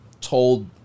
told